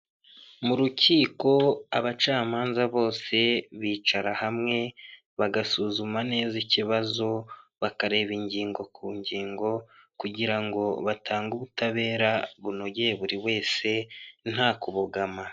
Imodoka iri mu bwoko bwa rava iri kugendera muhanda wa kaburimbo, aho iteganye n'umugenzi uri kugendera mu muhanda wateganyirijwe abanyamaguru.